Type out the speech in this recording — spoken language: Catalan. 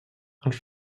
els